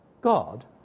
God